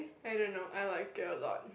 I don't know I like it a lot